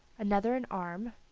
another an arm,